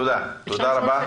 תודה רבה.